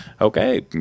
Okay